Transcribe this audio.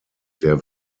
der